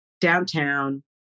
downtown